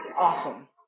Awesome